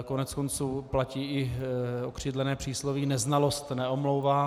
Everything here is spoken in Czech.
Koneckonců platí i okřídlené přísloví: Neznalost neomlouvá.